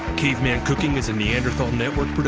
caveman cooking is a neanderthal network but